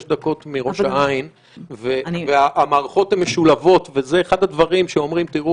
אבל אם חושבים שאזור כזה יכול לעבוד עם סטנדרטים שונים כפולים של תכנון,